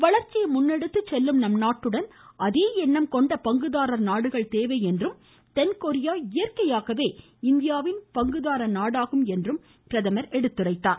வளர்ச்சியை முன்னேடுத்துச்செல்லும் நம் நாட்டுடன் அதே எண்ணம் கொண்ட பங்குதாரர் நாடுகள் தேவை என்றும் தென்கொரியா இயற்கையாகவே இந்தியாவின் பங்குதாரர் நாடாகும் என்றும் சுட்டிக்காட்டினார்